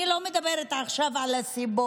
אני לא מדברת עכשיו על הסיבות,